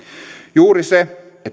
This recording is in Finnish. juuri se että